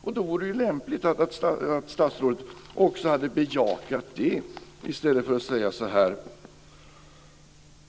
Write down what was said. Och då vore det ju lämpligt om statsrådet bejakade det i stället för att säga